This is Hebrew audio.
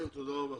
תודה רבה.